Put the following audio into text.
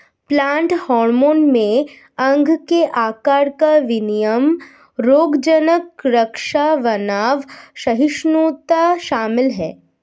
plant hormone में अंग के आकार का विनियमन रोगज़नक़ रक्षा तनाव सहिष्णुता शामिल है